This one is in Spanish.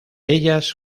ellas